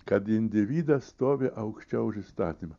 kad individas stovi aukščiau už įstatymą